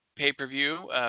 Pay-per-view